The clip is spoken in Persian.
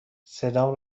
صدام